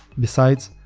besides,